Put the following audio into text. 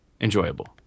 enjoyable